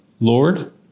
Lord